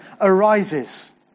arises